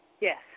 Yes